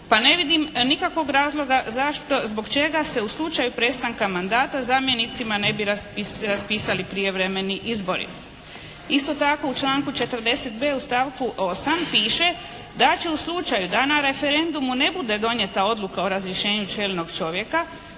pa ne vidim nikakvog razloga zašto, zbog čega se u slučaju prestanka mandata zamjenicima ne bi raspisali prijevremeni izbori? Isto tako u članku 40.b u stavku 8. piše da će u slučaju da na referendumu ne bude donijeta odluka o razrješenju čelnog čovjeka